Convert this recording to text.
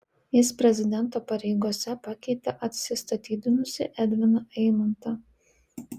jis prezidento pareigose pakeitė atsistatydinusį edviną eimontą